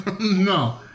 no